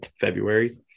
February